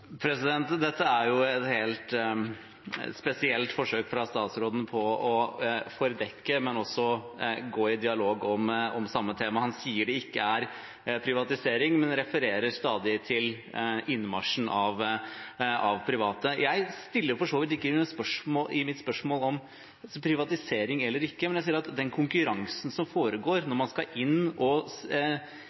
Dette er et helt spesielt forsøk fra statsråden på å tildekke, men også å gå i dialog om samme tema. Han sier det ikke er privatisering, men refererer stadig til innmarsjen av private. Jeg stiller i mitt spørsmål for så vidt ikke spørsmål om privatisering eller ikke, men jeg sier at i den konkurransen som foregår når man skal